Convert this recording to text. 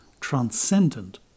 transcendent